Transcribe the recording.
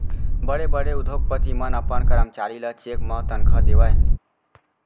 बड़े बड़े उद्योगपति मन अपन करमचारी ल चेक म तनखा देवय